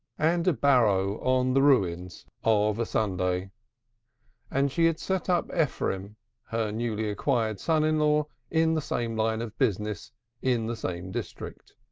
and a barrow on the ruins of a sunday and she had set up ephraim, her newly-acquired son-in-law, in the same line of business in the same district.